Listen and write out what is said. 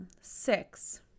six